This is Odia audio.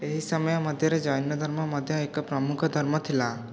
ଏହି ସମୟ ମଧ୍ୟରେ ଜୈନଧର୍ମ ମଧ୍ୟ ଏକ ପ୍ରମୁଖ ଧର୍ମ ଥିଲା